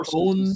own